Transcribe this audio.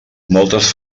moltes